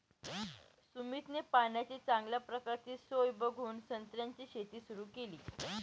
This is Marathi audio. सुमितने पाण्याची चांगल्या प्रकारची सोय बघून संत्र्याची शेती सुरु केली